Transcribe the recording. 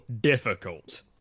difficult